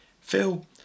Phil